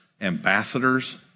ambassadors